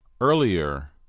earlier